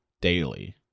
Daily